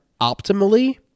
optimally